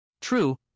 True